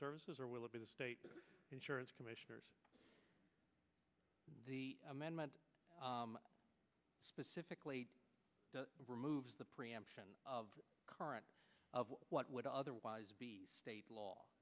services or will it be the state insurance commissioners amendment specifically to remove the preemption of current what would otherwise be state law